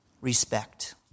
respect